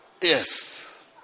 Yes